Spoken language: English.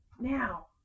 now